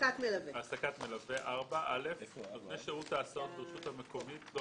4.העסקת מלווה נותני שירות ההסעות ברשות המקומית לא